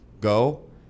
go